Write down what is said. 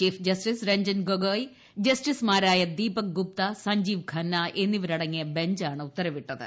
chief justice Ranjan Gogoi ജസ്റ്റിസുമാരായ ദീപക് ഗുപ്ത സഞ്ജീവ് ഖന്ന എന്നിവരടങ്ങിയ ബഞ്ചാണ് ഉത്തരവിട്ടത്